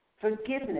forgiveness